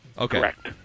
Correct